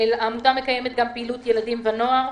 העמותה מקיימת גם פעילות ילדים ונוער.